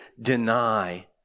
deny